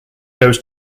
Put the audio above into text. goes